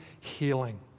healing